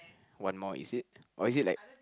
one more is it or is it like